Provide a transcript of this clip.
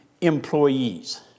employees